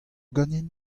ganin